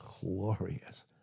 glorious